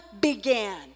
began